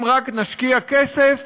אם רק נשקיע כסף